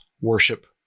worship